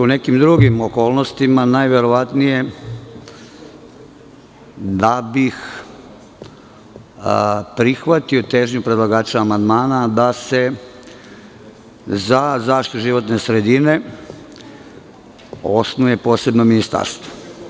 U nekim drugim okolnostima najverovatnije da bih prihvatio težnju predlagača amandmana da se za zaštitu životne sredine osnuje posebno ministarstvo.